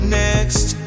next